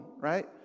right